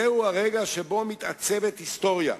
זהו הרגע שבו מתעצבת היסטוריה.